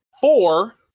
four